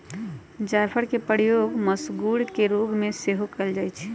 जाफरके प्रयोग मसगुर के रोग में सेहो कयल जाइ छइ